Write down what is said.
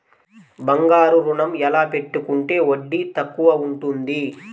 బంగారు ఋణం ఎలా పెట్టుకుంటే వడ్డీ తక్కువ ఉంటుంది?